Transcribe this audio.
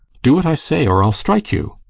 do what i say, or i'll strike you!